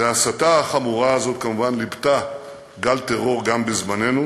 וההסתה החמורה הזאת כמובן ליבתה גל טרור גם בזמננו,